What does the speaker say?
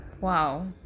wow